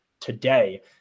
today